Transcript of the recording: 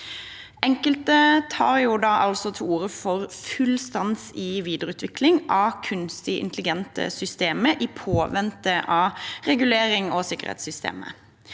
Enkelte tar til orde for full stans i videreutviklingen av kunstig intelligente systemer i påvente av regulering og sikkerhetssystemer.